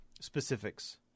specifics